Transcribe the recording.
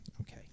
Okay